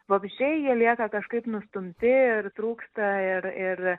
vabzdžiai jie lieka kažkaip nustumti ir trūksta ir ir